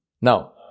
now